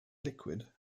liquid